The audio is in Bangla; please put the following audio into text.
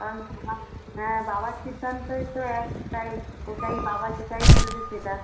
কারণ বাবা হ্যাঁ বাবার সিদ্ধান্তই তো একটাই ওটাই বাবা যেটাই বলবে সেটা